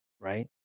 right